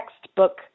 textbook